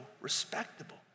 respectable